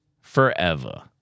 forever